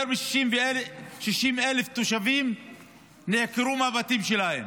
יותר מ-60,000 תושבים נעקרו מהבתים שלהם